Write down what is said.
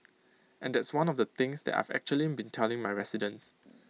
and that's one of the things that I've actually been telling my residents